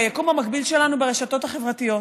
ביקום המקביל שלנו ברשתות החברתיות.